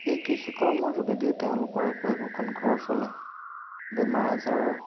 এই কৃষিকৰ্মৰ যোগেদিয়েই তেওঁলোকৰ একো একোখন ঘৰ চলে বেমাৰ আজাৰৰ